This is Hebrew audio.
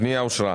הצבעה